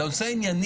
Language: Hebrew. את הנושא הענייני,